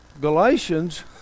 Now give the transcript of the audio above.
Galatians